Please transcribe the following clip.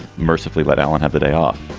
mercifully, let alan have the day off.